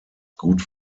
gut